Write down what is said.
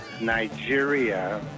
Nigeria